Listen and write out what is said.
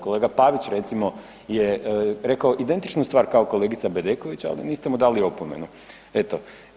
Kolega Pavić recimo je rekao identičnu stvar kao i kolegica Bedeković, al niste mu dali opomenu, eto.